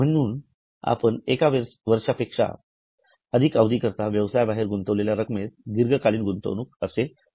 म्हणून आपण एक वर्षा पेक्षा अधिक अवधीकरता व्यवसाय बाहेर गुंतवलेल्या रक्कमेस दीर्घकालीन गुंतवणूक असे म्हणतात